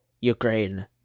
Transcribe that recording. Ukraine